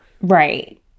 Right